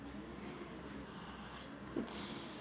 it's